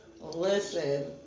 Listen